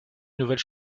nouvelle